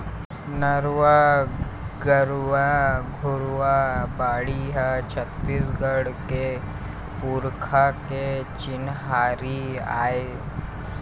नरूवा, गरूवा, घुरूवा, बाड़ी ह छत्तीसगढ़ के पुरखा के चिन्हारी आय